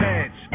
edge